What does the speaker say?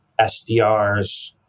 SDRs